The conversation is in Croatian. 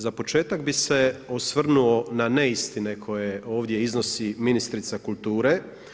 Za početak bih se osvrnuo na neistine koje ovdje iznosi ministrica kulture.